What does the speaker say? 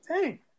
Hey